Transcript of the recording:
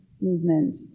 movement